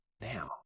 now